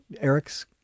Eric's